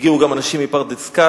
הגיעו גם אנשים מפרדס-כץ,